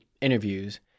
interviews